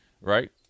right